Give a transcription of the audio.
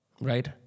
Right